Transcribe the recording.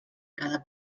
cada